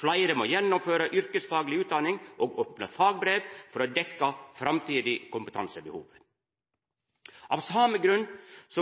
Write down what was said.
Fleire må gjennomføra yrkesfagleg utdanning og oppnå fagbrev for å dekkja framtidig kompetansebehov. Av same grunn